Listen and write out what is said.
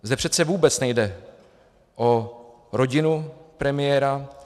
Zde přece vůbec nejde o rodinu premiéra.